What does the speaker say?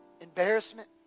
embarrassment